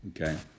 okay